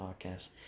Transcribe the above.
podcast